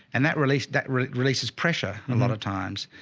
and that released, that releases pressure. and a lot of times,